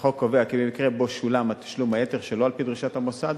לחוק קובע כי במקרה שתשלום היתר שולם שלא על-פי דרישת המוסד,